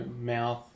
Mouth